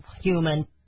human